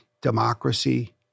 democracy